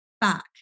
back